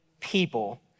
people